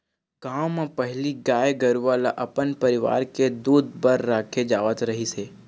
गाँव म पहिली गाय गरूवा ल अपन परिवार के दूद बर राखे जावत रहिस हे